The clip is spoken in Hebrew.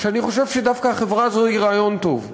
ואני חושב שדווקא החברה הזאת היא רעיון טוב.